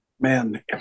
man